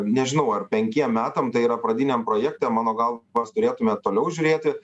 nežinau ar penkiem metam tai yra pradiniam projekte mano galva turėtume toliau žiūrėti